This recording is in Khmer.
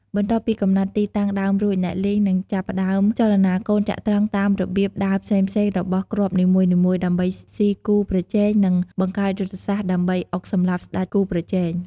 បន្ទាប់ពីកំណត់ទីតាំងដើមរួច អ្នកលេងនឹងចាប់ផ្តើមចលនាកូនចត្រង្គតាមរបៀបដើរផ្សេងៗរបស់គ្រាប់នីមួយៗ ដើម្បីស៊ីគូប្រជែង និងបង្កើតយុទ្ធសាស្ត្រដើម្បីអុកសម្លាប់ស្ដេចគូប្រជែង។